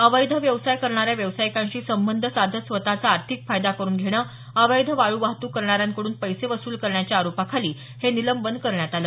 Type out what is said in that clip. अवैध व्यवसाय करणाऱ्या व्यावसायिकांशी संबंध साधत स्वतःचा आर्थिक फायदा करून घेणं अवैध वाळू वाहतूक करणारांकडून पैसे वसूल करण्याच्या आरोपाखाली हे निलंबन करण्यात आलं